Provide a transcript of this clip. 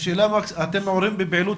אתם מעורבים בפעילות